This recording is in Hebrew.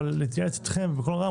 אבל להתייעץ איתכם בקול רם,